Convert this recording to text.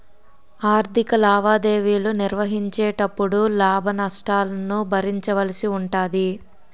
ఆర్ధిక లావాదేవీలు నిర్వహించేటపుడు లాభ నష్టాలను భరించవలసి ఉంటాది